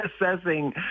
assessing